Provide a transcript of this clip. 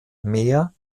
meer